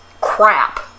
crap